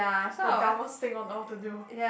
the dumbest thing on earth to do